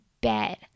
bed